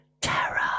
terror